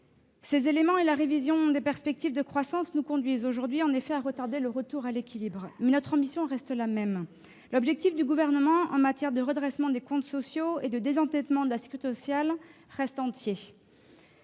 Ces éléments et la révision des perspectives de croissance nous conduisent aujourd'hui à retarder le retour à l'équilibre. Mais notre ambition demeure la même : l'objectif du Gouvernement en matière de redressement des comptes sociaux et de désendettement de la sécurité sociale reste entier.